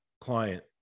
client